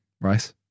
Rice